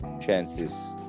chances